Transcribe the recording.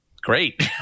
great